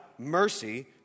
Mercy